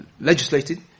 legislated